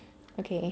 okay